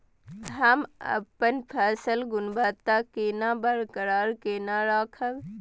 हम अपन फसल गुणवत्ता केना बरकरार केना राखब?